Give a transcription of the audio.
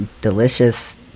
delicious